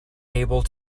able